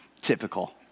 typical